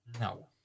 No